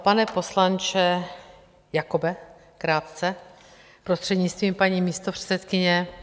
Pane poslanče Jakobe, krátce, prostřednictvím paní místopředsedkyně.